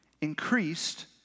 increased